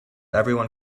everyone